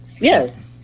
Yes